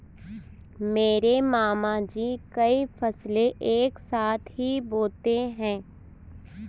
मेरे मामा जी कई फसलें एक साथ ही बोते है